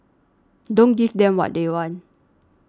don't give them what they want